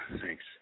Thanks